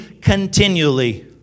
continually